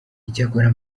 icyakora